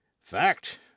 Fact